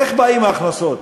איך באות ההכנסות?